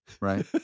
right